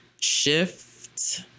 shift